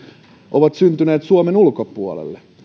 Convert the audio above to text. ovat syntyneet suomen ulkopuolelle